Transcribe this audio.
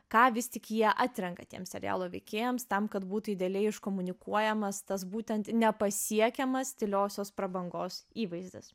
ką vis tik jie atrenka tiems serialo veikėjams tam kad būtų idealiai iškomunikuojamas tas būtent nepasiekiamas tyliosios prabangos įvaizdis